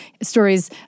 stories